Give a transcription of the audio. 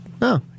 No